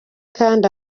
kandi